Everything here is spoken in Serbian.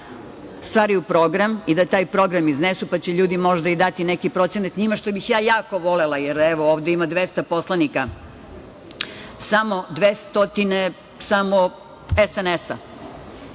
stvaraju program i da taj program iznesu, pa će ljudi možda i dati neki procenat njima, što bih ja jako volela. Jer, evo, ovde ima 200 poslanika samo iz SNS,